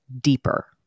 deeper